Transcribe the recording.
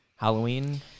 Halloween